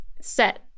set